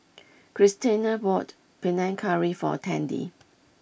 Christena bought Panang Curry for Tandy